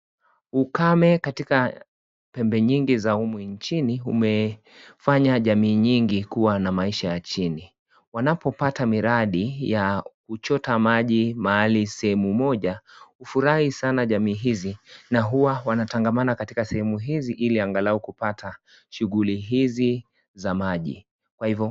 Ukame katika pembe nyingi humu nchini hufanya jamii nyingi kuwa na maisha ya chini wanapopata miradi ya kuchota maji mahali sehemu moja hufurahi sana jamii hizi na huwa wanatangamana katika sehemu hizi ili angalau kupata shughuli hizi za maji.